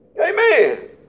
Amen